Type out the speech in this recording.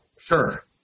Sure